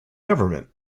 government